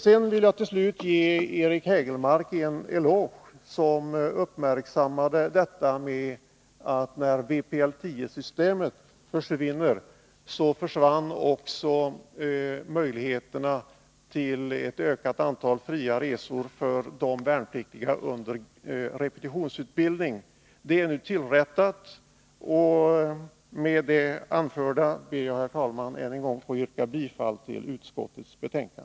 Jag vill till slut ge Eric Hägelmark en eloge för att han uppmärksammade detta, att när vpl 10-systemet försvinner, skulle också möjligheterna till ett Med det anförda ber jag, herr talman, att än en gång få yrka bifall till utskottets hemställan.